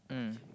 mm